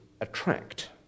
attract